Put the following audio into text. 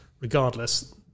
regardless